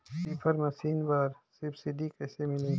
Reaper machine बर subsidy कइसे मिलही?